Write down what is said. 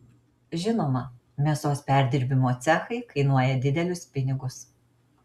žinoma mėsos perdirbimo cechai kainuoja didelius pinigus